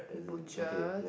butcher